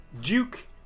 Duke